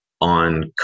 on